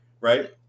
right